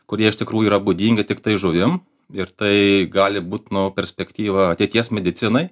kurie iš tikrųjų yra būdinga tiktai žuvim ir tai gali būt nu perspektyva ateities medicinai